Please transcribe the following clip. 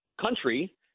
country